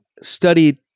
studied